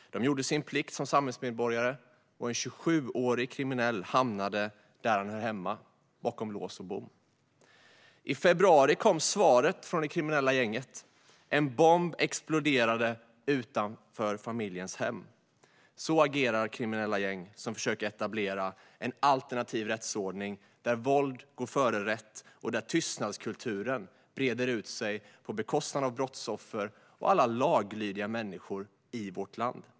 De gjorde sin plikt som samhällsmedborgare, och en 27-årig kriminell hamnade där han hör hemma, bakom lås och bom. I februari kom svaret från det kriminella gänget. En bomb exploderade utanför familjens hem. Så agerar kriminella gäng som försöker etablera en alternativ rättsordning där våld går före rätt och där tystnadskulturen breder ut sig på bekostnad av brottsoffer och alla laglydiga människor i vårt land.